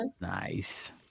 Nice